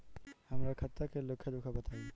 हमरा खाता के लेखा जोखा बताई?